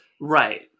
Right